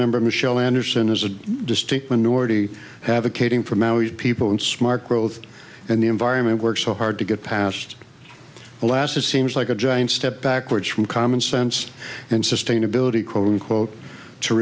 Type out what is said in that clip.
member michelle anderson is a distinct minority have a caving from our people and smart growth and the environment work so hard to get past alaska seems like a giant step backwards from common sense and sustainability quote unquote to